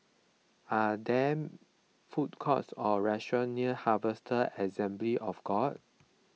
are there food courts or restaurants near Harvester Assembly of God